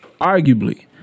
Arguably